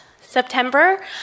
September